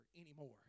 anymore